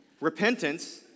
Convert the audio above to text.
repentance